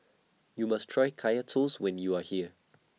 YOU must Try Kaya Toast when YOU Are here